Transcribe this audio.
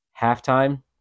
halftime